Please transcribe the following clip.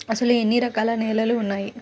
అసలు ఎన్ని రకాల నేలలు వున్నాయి?